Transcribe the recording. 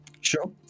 Sure